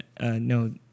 no